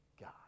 God